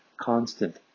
constant